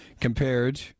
compared